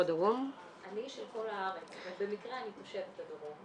אני של כל הארץ אבל במקרה אני תושבת הדרום.